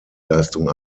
leistung